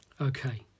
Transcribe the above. Okay